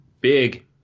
big